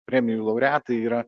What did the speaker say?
premijų laureatai yra